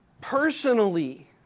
personally